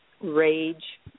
rage